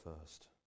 first